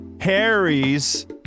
Harry's